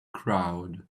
crowd